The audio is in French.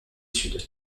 sud